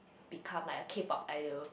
become like a K-pop idol